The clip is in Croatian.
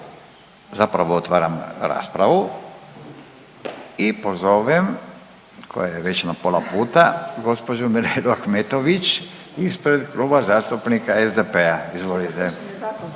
zapravo otvaram raspravu i pozovem koja je već na pola puta gđu. Mirelu Ahmetović ispred Kluba zastupnika SDP-a, izvolite.